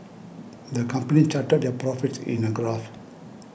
the company charted their profits in a graph